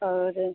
और